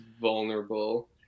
vulnerable